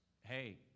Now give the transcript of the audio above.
hey